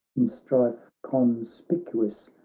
in strife conspicuous,